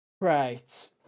Right